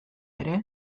ere